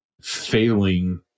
failing